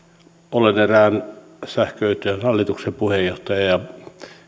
olen erään sähköyhtiön hallituksen puheenjohtaja ja